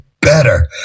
better